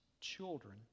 children